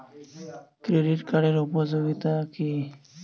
Credit কার্ডের উপযোগিতা কি?